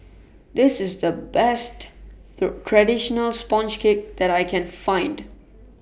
This IS The Best Traditional Sponge Cake that I Can Find